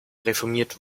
reformiert